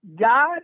God